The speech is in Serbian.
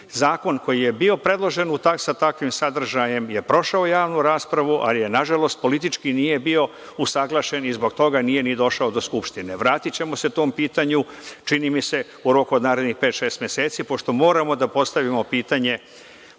Zakon koji je bio predložen sa takvim sadržajem je prošao javnu raspravu, ali nažalost politički nije bio usaglašen i zbog toga nije ni došao do Skupštine. Vratićemo se tom pitanju, čini mi se u roku od narednih pet, šest meseci, pošto moramo da postavimo pitanje